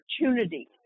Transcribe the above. opportunity